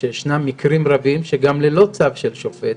שישנם מקרים רבים שגם ללא צו של שופט,